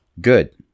Good